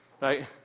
Right